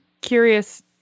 curious